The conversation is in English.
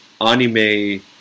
anime